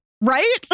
right